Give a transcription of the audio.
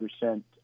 percent